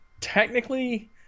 Technically